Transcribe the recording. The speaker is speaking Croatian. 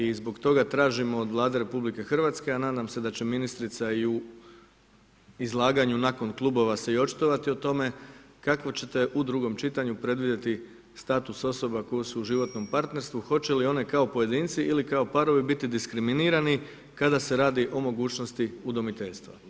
I zbog toga tražimo od Vlade Republike Hrvatske, a nadam se da će ministrica i u izlaganju nakon klubova se i očitovati o tome, kako ćete u drugom čitanju predvidjeti status osoba koje su u životnom partnerstvu, hoće li one kao pojedinci ili kao parovi biti diskriminirani kada se radi o mogućnosti udomiteljstva.